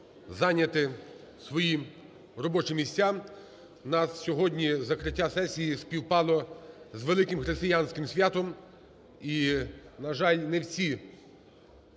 зайняти свої робочі місця. У нас сьогодні закриття сесії співпало з великим християнським святом і, на жаль, не всі